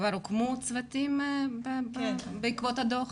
כבר הוקמו צוותים בעקבות הדוח?